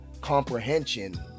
comprehension